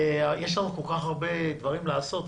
יש לנו כל כך הרבה דברים לעשות,